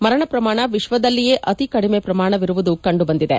ಮರಣ ಪ್ರಮಾಣ ವಿಶ್ವದಲ್ಲಿಯೇ ಅತಿ ಕಡಿಮೆ ಪ್ರಮಾಣವಿರುವುದು ಕಂಡುಬಂದಿದೆ